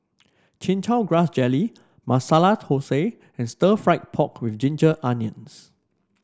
Chin Chow Grass Jelly Masala Thosai and Stir Fried Pork with Ginger Onions